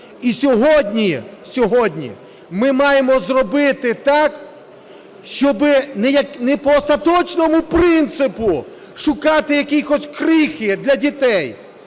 І сьогодні ми маємо зробити так, щоби не за остаточним принципом шукати якісь крихти для дітей,